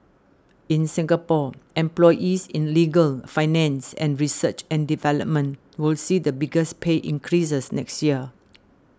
in Singapore employees in legal finance and research and development will see the biggest pay increases next year